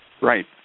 Right